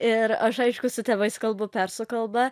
ir aš aišku su tėvais kalbu persų kalba